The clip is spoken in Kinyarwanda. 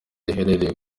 riherereye